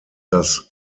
das